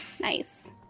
Nice